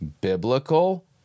biblical